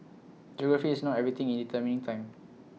geography is not everything in determining time